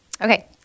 Okay